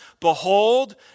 behold